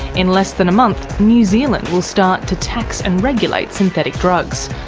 in less than a month, new zealand will start to tax and regulate synthetic drugs,